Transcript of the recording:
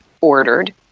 ordered